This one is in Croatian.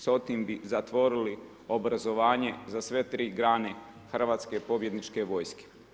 S tim bi zatvorili obrazovanje za sve tri grane hrvatske pobjedničke vojske.